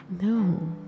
No